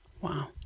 Wow